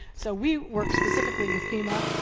so, we work specifically with fema,